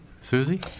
Susie